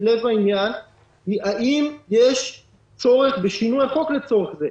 לב העניין היא האם יש צורך בשינוי החוק לצורך זה.